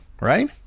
right